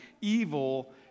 evil